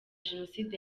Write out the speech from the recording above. jenoside